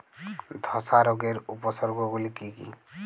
ধসা রোগের উপসর্গগুলি কি কি?